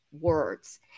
words